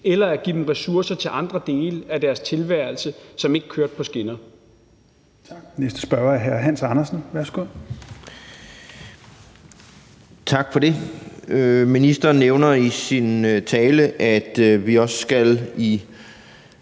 eller at give dem ressourcer til andre dele af deres tilværelse, som ikke kørte på skinner.